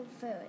food